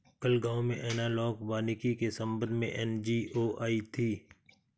कल गांव में एनालॉग वानिकी के संबंध में एन.जी.ओ आई थी